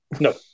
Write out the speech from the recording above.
No